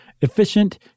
efficient